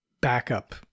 backup